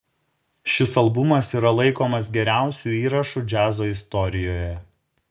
šis albumas yra laikomas geriausiu įrašu džiazo istorijoje